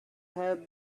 have